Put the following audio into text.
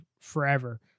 forever